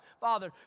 father